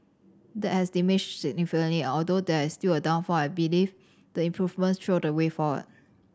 that has diminished significantly and although there is still a shortfall I believe the improvements show the way forward